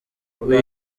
uyu